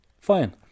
Fine